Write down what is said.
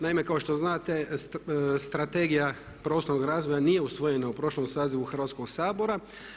Naime, kao što znate, strategija prostornog razvoja nije usvojena u prošlom sazivu Hrvatskog sabora.